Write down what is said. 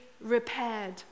repaired